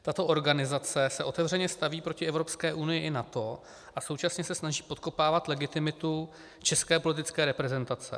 Tato organizace se otevřeně staví proti Evropské unii i NATO a současně se snaží podkopávat legitimitu české politické reprezentace.